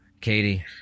Katie